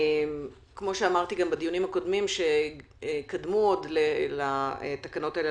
כפי שאמרתי גם בדיונים הקודמים שעוד קדמו לצו הזה,